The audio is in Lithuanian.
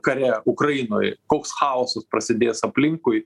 kare ukrainoj koks chaosas prasidės aplinkui